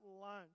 lunch